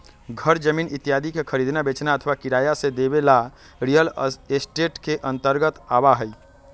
घर जमीन इत्यादि के खरीदना, बेचना अथवा किराया से देवे ला रियल एस्टेट के अंतर्गत आवा हई